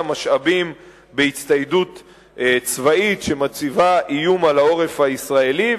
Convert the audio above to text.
משאבים בהצטיידות צבאית שמציבה איום על העורף הישראלי,